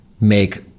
make